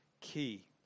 key